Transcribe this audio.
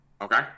Okay